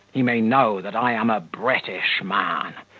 he may know that i am a british man,